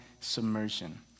submersion